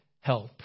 help